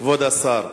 כבוד השר,